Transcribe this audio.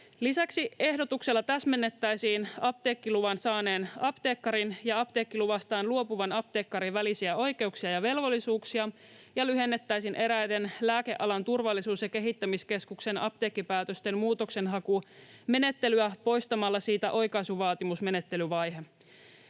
Lisäksi ehdotuksella täsmennettäisiin apteekkiluvan saaneen apteekkarin ja apteekkiluvastaan luopuvan apteekkarin välisiä oikeuksia ja velvollisuuksia ja lyhennettäisiin eräiden Lääkealan turvallisuus- ja kehittämiskeskuksen apteekkipäätösten muutoksenhakumenettelyä poistamalla siitä oikaisuvaatimusmenettelyvaihe.